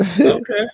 Okay